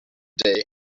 day